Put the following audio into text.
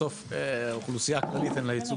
בסוף לאוכלוסייה הכללית אין ייצוג